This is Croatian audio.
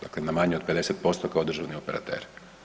Dakle, na manje od 50% kao državni operater.